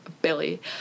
Billy